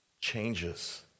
changes